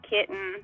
Kitten